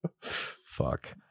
Fuck